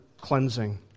cleansing